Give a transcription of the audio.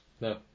No